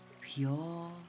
Pure